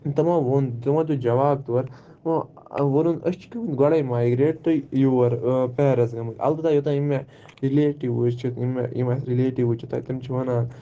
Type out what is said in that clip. تِمو ووٚن تِمو دیُت جواب تورٕ ووٚنُن أسۍ چھِ گٔرمٕتۍ گۄڈَے مایگریٹ تُہۍ یور پیرَس گٔمٕتۍ اَلبتہ یوٚتانۍ یِم مےٚ رِلیٹِوٕز چھِ یِم مےٚ یِم اَسہِ رِلیٹِوٕز چھِ تَتہِ تِم چھِ وَنان